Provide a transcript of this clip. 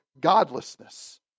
godlessness